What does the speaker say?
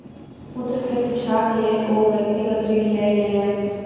पुत्र के शिक्षाक लेल ओ व्यक्तिगत ऋण लय लेलैन